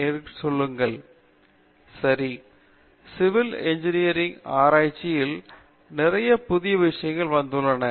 பேராசிரியர் ரவீந்திர கெட்டூ சரி civil engineering ஆராய்ச்சியில் நிறைய புதிய விஷயங்கள் வந்துள்ளன